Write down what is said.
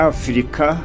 Africa